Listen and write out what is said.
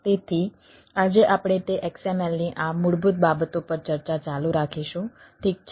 તેથી આજે આપણે તે XML ની આ મૂળભૂત બાબતો પર ચર્ચા ચાલુ રાખીશું ઠીક છે